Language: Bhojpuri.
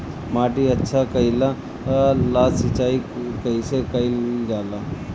माटी अच्छा कइला ला सिंचाई कइसे कइल जाला?